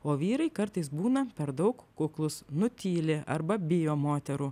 o vyrai kartais būna per daug kuklūs nutyli arba bijo moterų